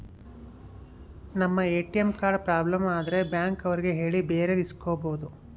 ನಮ್ ATM card problem ಆದ್ರೆ bank ಅವ್ರಿಗೆ ಹೇಳಿ ಬೇರೆದು ಇಸ್ಕೊಬೋದು